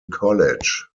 college